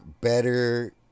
better